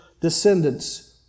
descendants